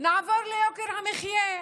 נעבור ליוקר המחיה.